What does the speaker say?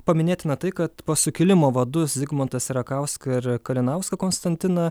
paminėtina tai kad pas sukilimo vadus zigmantą sierakauską ir kalinauską konstantiną